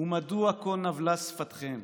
ומדוע כה נבלה שפתכם?